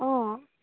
অঁ